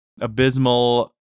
abysmal